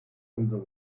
unsere